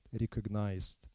recognized